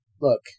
look